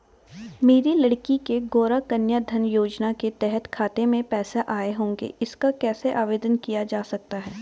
मेरी लड़की के गौंरा कन्याधन योजना के तहत खाते में पैसे आए होंगे इसका कैसे आवेदन किया जा सकता है?